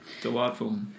Delightful